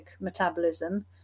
metabolism